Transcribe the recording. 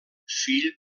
fill